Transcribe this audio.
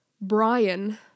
Brian